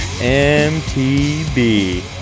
MTB